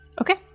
Okay